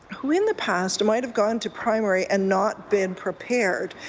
who in the past might have gone to primary and not been prepared,